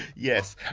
yes.